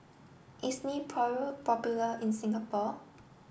is Nepro popular in Singapore